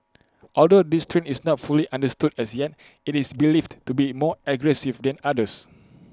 although this strain is not fully understood as yet IT is believed to be more aggressive than others